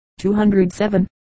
207